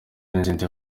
n’izindi